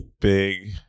big